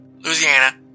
Louisiana